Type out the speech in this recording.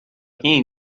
him